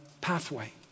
pathway